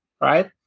right